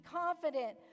confident